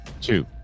two